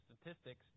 statistics